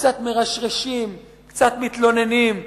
קצת מרשרשים, קצת מתלוננים.